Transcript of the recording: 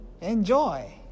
enjoy